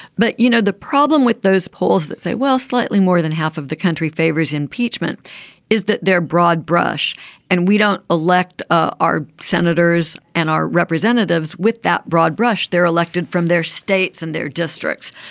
but you know the problem with those polls that say well slightly more than half of the country favors impeachment is that their broad brush and we don't elect ah our senators and our representatives with that broad brush. they're elected from their states and their districts.